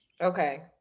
Okay